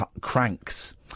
Crank's